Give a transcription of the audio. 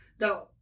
Now